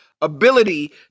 ability